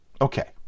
okay